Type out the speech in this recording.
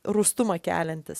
rūstumą keliantis